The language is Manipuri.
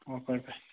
ꯑꯣ ꯐꯔꯦ ꯐꯔꯦ